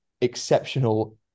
exceptional